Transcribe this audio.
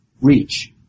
reach